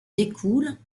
découle